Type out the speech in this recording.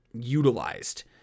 utilized